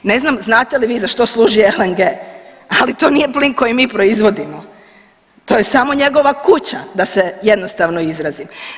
Ne znam znate li vi za što služi LNG, ali to nije plin koji mi proizvodimo, to je samo njegova kuća da se jednostavno izrazim.